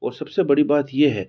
और सबसे बड़ी बात यह है